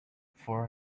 four